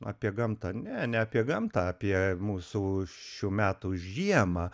apie gamtą ne ne apie gamtą apie mūsų šių metų žiemą